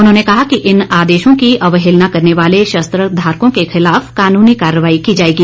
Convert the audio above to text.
उन्होंने कहा कि इन आदेशों की अवहेलना करने वाले शस्त्र धारकों के खिलाफ कानूनी ंकार्रवाई की जाएगी